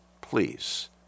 please